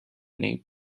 nate